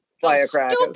firecrackers